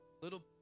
little